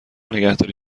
نگهداری